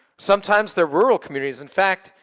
sometimes they're rural communities. in fact,